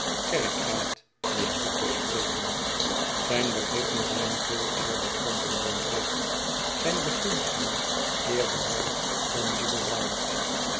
kerkeraad weet toe te spreken zijn begrippen zijn veeleer bekrompen dan breed zijn beginselen eerbenauwd dan liberaal